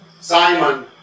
Simon